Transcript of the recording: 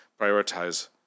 prioritize